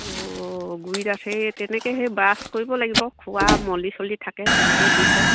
অঁ গুৰি দাঁত সেই তেনেকৈ সেই ব্ৰাছ কৰিব লাগিব খোৱা মলি চলি থাকে তেনেকৈয়ে বিষ হয়